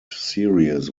series